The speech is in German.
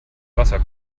wasser